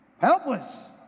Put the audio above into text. helpless